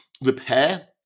Repair